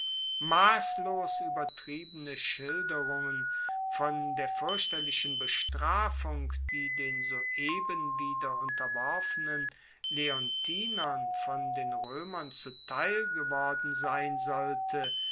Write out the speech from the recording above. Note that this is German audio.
masslos uebertriebene schilderungen von der fuerchterlichen bestrafung die den soeben wieder unterworfenen leontinern von den roemern zuteil geworden sein sollte